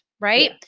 right